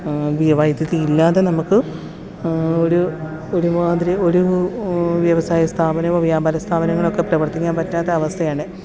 വൈദ്യുതിയില്ലാതെ നമ്മൾക്ക് ഒരു ഒരു മാതിരി ഒരു വ്യവസായ സ്ഥാപനവും വ്യാപാര സ്ഥാപനങ്ങളൊക്കെ പ്രവർത്തിക്കാൻ പറ്റാത്ത അവസ്ഥയാണ്